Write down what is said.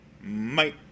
Mike